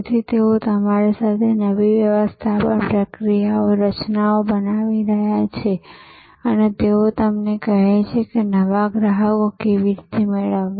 તેથી તેઓ તમારી સાથે નવી વ્યવસ્થાપન પ્રક્રિયાઓ રચનાઓ બનાવી રહ્યા છે અને તેઓ તમને કહે છે કે નવા ગ્રાહકો કેવી રીતે મેળવવા